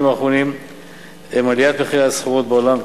האחרונים הם עליית מחירי הסחורות בעולם,